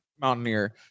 mountaineer